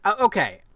okay